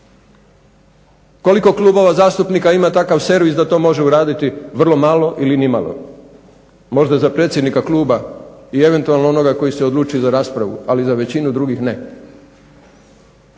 Koliko klubova zastupnika ima takav servis da to može uraditi? Vrlo malo ili ni malo. Možda za predsjednika kluba i eventualno onoga koji se odluči za raspravu, ali za većinu drugih ne.